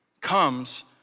comes